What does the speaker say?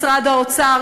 משרד האוצר,